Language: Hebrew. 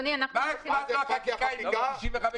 95% הגיעו להסדר?